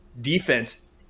defense